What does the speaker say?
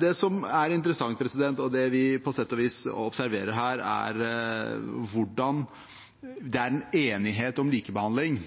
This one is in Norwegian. Det som er interessant, og det vi på sett og vis observerer her, er hvordan det er en enighet om likebehandling